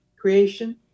creation